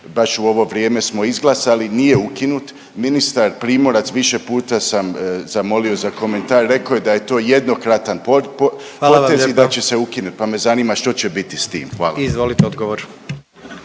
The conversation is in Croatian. baš u ovo vrijeme smo izglasali nije ukinut. Ministar Primorac više puta sam zamolio za komentar rekao je da je to jednokratan poticaj i da će se ukinuti … …/Upadica predsjednik: Hvala vam lijepa./…